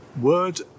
Word